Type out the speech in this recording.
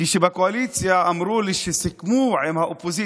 חבר הכנסת גדעון סער, אינו נוכח,